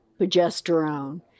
progesterone